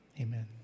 Amen